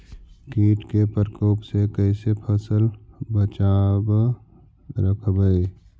कीट के परकोप से कैसे फसल बचाब रखबय?